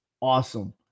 awesome